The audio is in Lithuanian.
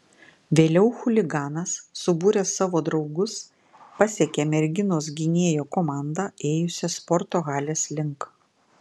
vėliau chuliganas subūręs savo draugus pasekė merginos gynėjo komandą ėjusią sporto halės link